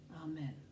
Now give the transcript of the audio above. Amen